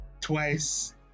Twice